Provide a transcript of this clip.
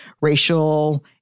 racial